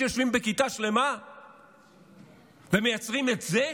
יושבים בכיתה שלמה ומייצרים, את זה?